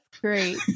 great